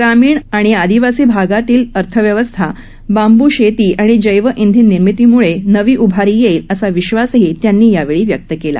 ग्रामीण आणि आदिवासी भागातील अर्थव्यवस्था बाम्ब्र शेती आणि जैव इंधन निर्मितीमुळे नवी उभारी घेईल असा विश्वासही त्यांनी यावेळी व्यक्त केला